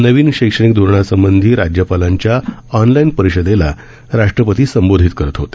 नवीन शैक्षणिक धोरणासंबंधी राज्यपालांच्या ऑनलाईन परिषदेला राष्ट्रपती संबोधित करत होते